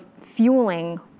fueling